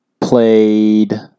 played